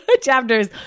Chapters